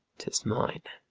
tis mine